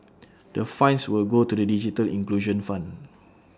the fines will go to the digital inclusion fund